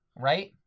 Right